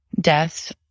death